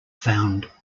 found